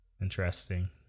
interesting